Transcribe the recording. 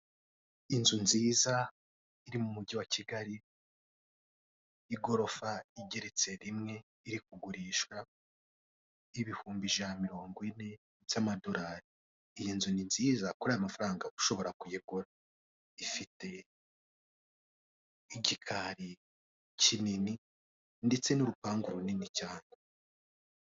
Inzu nziza iri mu mujyi wa Kigali y'igorofa igeretse rimwe, iri kugurishwa ibihumbi ijana mirongo ine by'amadorari, iyi nzu ni nziza kuri aya mafaranga ushobora kuyigura, ifite igikari kinini ndetse n'urupangu runini cyane.